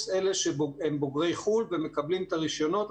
אלה שהם בוגרי חו"ל ומקבלים את הרישיונות.